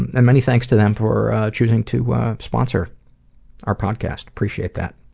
and many thanks to them for choosing to sponsor our podcast, appreciate that.